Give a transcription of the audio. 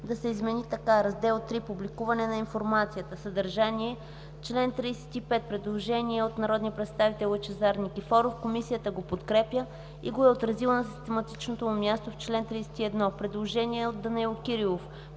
да се измени така: „Раздел III – „Публикуване на информацията”. „Съдържание” – чл. 35. Предложение от народния представител Лъчезар Никифоров. Комисията го подкрепя и го е отразила на систематичното му място в чл. 31. Предложение от Данаил Кирилов.